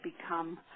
become